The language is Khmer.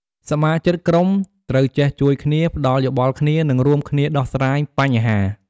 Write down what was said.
សមាជិកក្រុមត្រូវចេះជួយគ្នា ផ្ដល់យោបល់គ្នា និងរួមគ្នាដោះស្រាយបញ្ហា។